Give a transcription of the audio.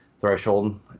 threshold